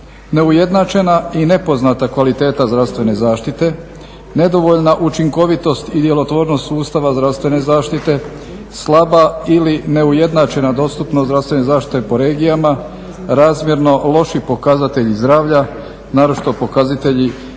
neujednačena i nepoznata kvaliteta zdravstvene zaštite, nedovoljna učinkovitost i djelotvornost sustava zdravstvene zaštite, slaba ili neujednačena dostupnost zdravstvene zaštite po regijama, razmjerno loši pokazatelji zdravlja naročito pokazatelji rizičnih